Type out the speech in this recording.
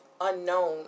unknown